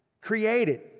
Created